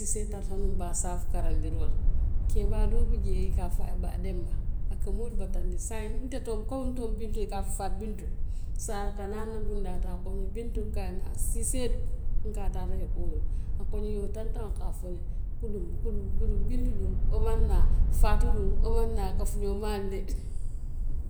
Musee tara nuŋ. Baasaafu karandiroo la, keebaa doo bi jee i ka a fo ye baa denba, a ka moolu bataandi saayiŋ nte too komiŋ n too mu bintu i ka a fo faatu bintu, saayiŋ a ka naa n na bundaa to a ko n ñe bintu, n ko a ye n naamu siisee lee; n ko a ye a taata ekooloo to a ko n ñe iyoo tanataŋo ka a fo le, kudumu kudumu kudumu, bintu duŋ wo maŋ naa, faatu duŋ wo maŋ naa a kafuñoomaalu lee?